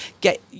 get